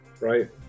right